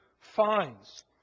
fines